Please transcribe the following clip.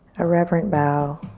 a reverent bow.